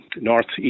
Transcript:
northeast